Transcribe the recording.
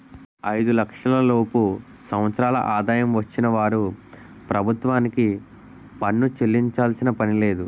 ఐదు లక్షల లోపు సంవత్సరాల ఆదాయం వచ్చిన వారు ప్రభుత్వానికి పన్ను చెల్లించాల్సిన పనిలేదు